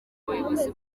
bayobozi